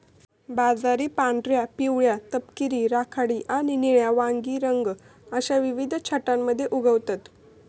बाजरी पांढऱ्या, पिवळ्या, तपकिरी, राखाडी आणि निळ्या वांगी रंग अश्या विविध छटांमध्ये उगवतत